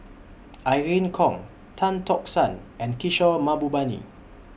Irene Khong Tan Tock San and Kishore Mahbubani